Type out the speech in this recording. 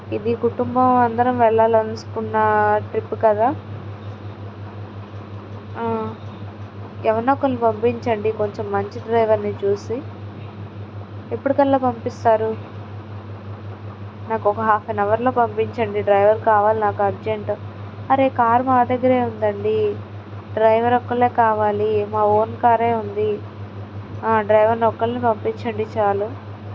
ఇది కుటుంబం అందరం వెళ్ళాలనుకున్న ట్రిప్ కదా ఎవర్నో ఒకరిని పంపించండి కొంచెం మంచి డ్రైవర్ని చూసి ఎప్పడికల్లా పంపిస్తారు నాకు ఒక హాఫ్ ఎన్ అవర్లో పంపించండి డ్రైవర్ కావాలి నాకు అర్జెంటు అరే కార్ మా దగ్గర ఉందండి డ్రైవర్ ఒక్కరు కావాలి మా ఓన్ కారు ఉంది డ్రైవర్ ఒకరిని పంపించండి చాలు